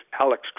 Alex